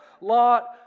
lot